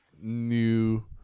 new